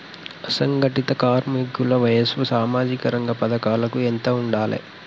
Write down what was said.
అసంఘటిత కార్మికుల వయసు సామాజిక రంగ పథకాలకు ఎంత ఉండాలే?